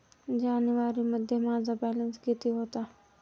जानेवारीमध्ये माझा बॅलन्स किती होता?